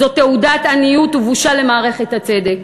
זאת תעודת עניות ובושה למערכת הצדק.